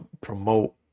promote